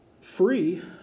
Free